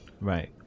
Right